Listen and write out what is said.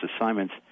assignments